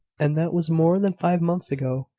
and that was more than five months ago,